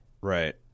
Right